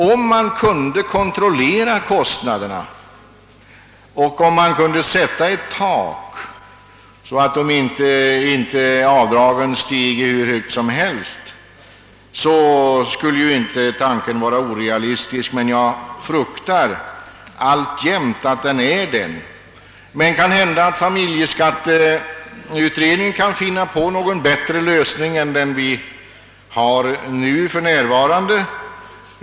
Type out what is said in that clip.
Om man kunde kontrollera kostnaderna och sätta ett tak, så att inte avdragen finge stiga hur högt som helst, skulle inte tanken vara orealistisk, men jag fruktar att den alltjämt är det. Kanhända familjeskatteberedningen kan finna någon bättre lösning än den nuvarande.